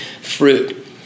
fruit